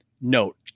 note